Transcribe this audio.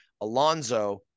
Alonzo